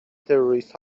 تروریست